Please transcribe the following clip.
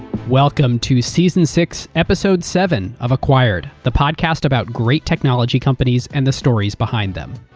welcome to season six, episode seven of acquired. the podcast about great technology companies and the stories behind them.